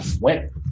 went